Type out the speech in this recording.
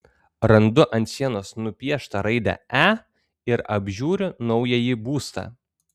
randu ant sienos nupieštą raidę e ir apžiūriu naująjį būstą